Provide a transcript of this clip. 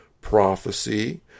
prophecy